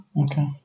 Okay